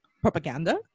propaganda